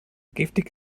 giftig